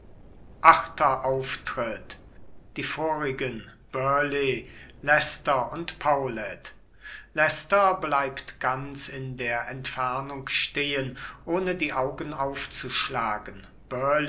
sind da die vorigen burleigh leicester und paulet leicester bleibt ganz in der entfernung stehen ohne die augen aufzuschlagen